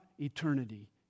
eternity